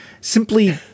simply